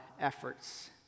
efforts